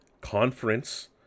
conference